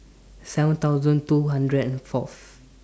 seven thousand two hundred and Fourth